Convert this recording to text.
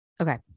Okay